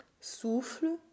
souffle